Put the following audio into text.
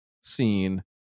seen